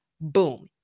Boom